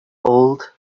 old